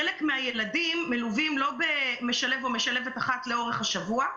חלק מהילדים מלווים לא במשלב אחד או במשלבת אחת לאורך השבוע,